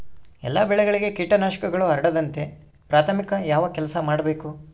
ಎಲ್ಲ ಬೆಳೆಗಳಿಗೆ ಕೇಟನಾಶಕಗಳು ಹರಡದಂತೆ ಪ್ರಾಥಮಿಕ ಯಾವ ಕೆಲಸ ಮಾಡಬೇಕು?